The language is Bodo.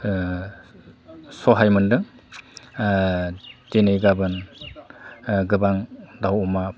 सहाय मोनदों दिनै गाबोन गोबां दाउ अमा